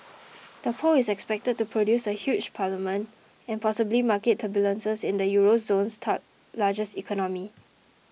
the poll is expected to produce a hung parliament and possibly market turbulence in the euro zone's largest economy